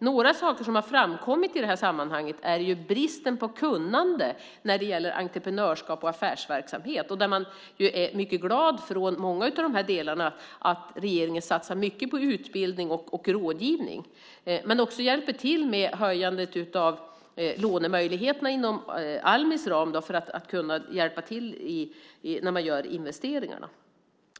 Några saker som har framkommit i det sammanhanget gäller bristen på kunnande när det gäller entreprenörskap och affärsverksamhet. Man är mycket glad från många av de här delarna över att regeringen satsar mycket på utbildning och rådgivning och också hjälper till med förbättring av lånemöjligheterna inom Almis ram, som hjälp när man gör investeringarna.